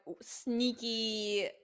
sneaky